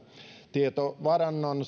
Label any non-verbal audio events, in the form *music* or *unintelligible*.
tietovarannon *unintelligible*